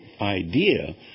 idea